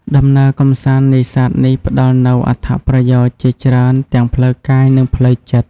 ដំណើរកម្សាន្តនេសាទនេះផ្តល់នូវ អត្ថប្រយោជន៍ ជាច្រើនទាំងផ្លូវកាយនិងផ្លូវចិត្ត។